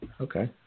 Okay